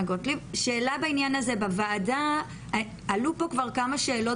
שאלה בעניין הזה: עלו פה כבר כמה שאלות